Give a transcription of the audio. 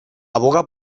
aboga